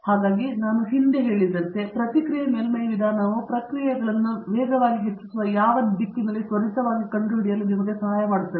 ಹಾಗಾಗಿ ನಾನು ಹಿಂದಿನಂತೆ ಹೇಳಿದಂತೆ ಪ್ರತಿಕ್ರಿಯೆ ಮೇಲ್ಮೈ ವಿಧಾನವು ಪ್ರಕ್ರಿಯೆಗಳನ್ನು ವೇಗವಾಗಿ ಹೆಚ್ಚಿಸುವ ಯಾವ ದಿಕ್ಕಿನಲ್ಲಿ ತ್ವರಿತವಾಗಿ ಕಂಡುಹಿಡಿಯಲು ನಿಮಗೆ ಸಹಾಯ ಮಾಡುತ್ತದೆ